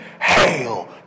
Hail